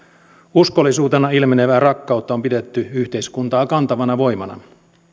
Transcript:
uskollisuutena ilmenevää rakkautta on pidetty yhteiskuntaa kantavana voimana